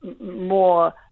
more